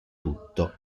tutto